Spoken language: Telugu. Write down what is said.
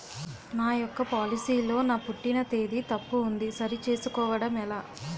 నా యెక్క పోలసీ లో నా పుట్టిన తేదీ తప్పు ఉంది సరి చేసుకోవడం ఎలా?